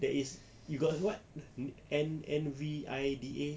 there is you got what N N V I D A